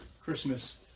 christmas